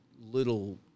little